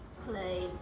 play